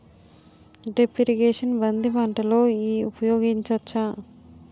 Drip irrigation బంతి పంటలో ఊపయోగించచ్చ?